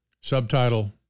Subtitle